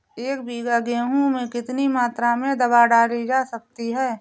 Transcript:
एक बीघा गेहूँ में कितनी मात्रा में दवा डाली जा सकती है?